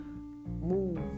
move